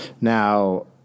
Now